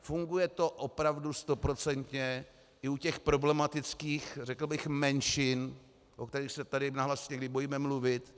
Funguje to opravdu stoprocentně i u těch problematických, řekl bych, menšin, o kterých se tady nahlas někdy bojíme mluvit.